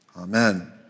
amen